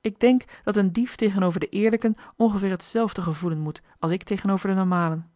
ik denk dat een dief tegenover de eerlijken ongeveer hetzelfde gevoelen moet als ik tegenover de normalen